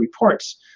reports